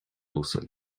uasal